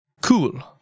Cool